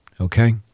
okay